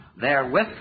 therewith